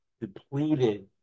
depleted